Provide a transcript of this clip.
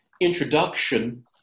introduction